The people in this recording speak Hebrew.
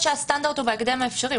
הסטנדרט הוא בהקדם האפשרי.